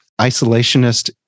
isolationist